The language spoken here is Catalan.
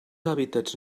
hàbitats